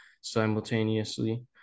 simultaneously